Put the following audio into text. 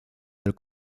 del